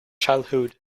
childhood